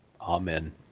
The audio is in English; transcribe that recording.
Amen